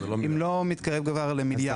אם לא מתקרב כבר למיליארד.